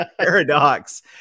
paradox